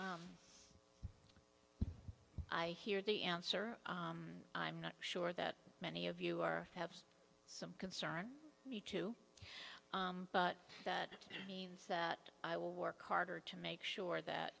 so i hear the answer i'm not sure that many of you are have some concern me too but that means that i will work harder to make sure that